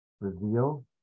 reveal